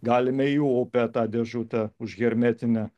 galime į upę tą dėžutę užhermetinę